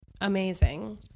amazing